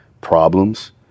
problems